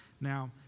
Now